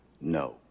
no